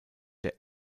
der